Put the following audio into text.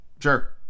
sure